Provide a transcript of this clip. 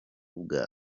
bwa